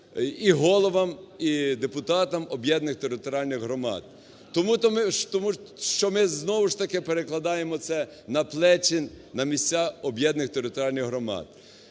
і головам, і депутатам об'єднаних територіальних громад. Тому що ми знову ж таки перекладаємо це на плечі, на місця об'єднаних територіальних громад.